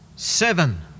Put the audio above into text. Seven